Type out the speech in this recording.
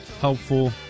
helpful